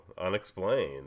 unexplained